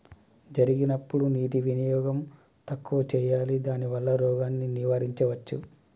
జరిగినప్పుడు నీటి వినియోగం తక్కువ చేయాలి దానివల్ల రోగాన్ని నివారించవచ్చా?